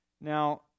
Now